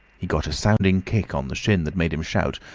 he got a sounding kick on the shin that made him shout,